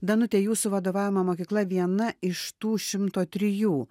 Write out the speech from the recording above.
danute jūsų vadovaujama mokykla viena iš tų šimto trijų